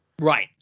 Right